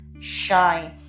shine